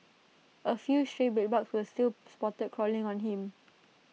A few stray bedbugs were still spotted crawling on him